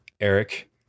Eric